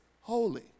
holy